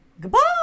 Goodbye